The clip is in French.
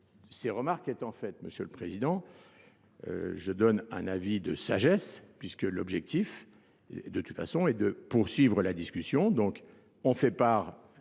ces remarques étant faites, monsieur le Président, je donne un avis de sagesse puisque l'objectif de toute façon, et de poursuivre la discussion. Donc on fait part